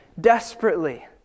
desperately